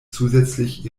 zusätzlich